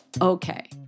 Okay